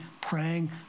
praying